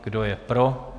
Kdo je pro?